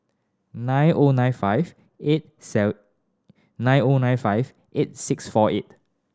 nine O nine five eight nine O nine five eight six four eight